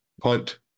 punt